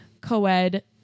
co-ed